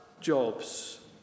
jobs